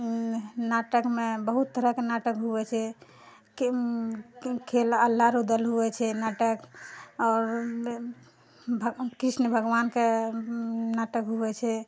नाटकमे बहुत तरहक नाटक हुए छै कि खेल अल्लाह रुदल हुए छै नाटक आओर कृष्ण भगवानके नाटक हुए छै